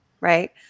right